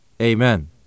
Amen